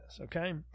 okay